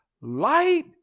light